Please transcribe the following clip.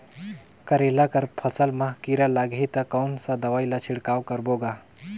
करेला कर फसल मा कीरा लगही ता कौन सा दवाई ला छिड़काव करबो गा?